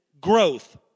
growth